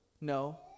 No